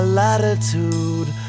latitude